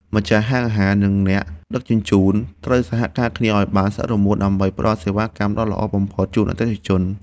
ម្ចាស់ហាងអាហារ និងអ្នកដឹកជញ្ជូនត្រូវសហការគ្នាឱ្យបានស្អិតរមួតដើម្បីផ្ដល់សេវាកម្មដ៏ល្អបំផុតជូនអតិថិជន។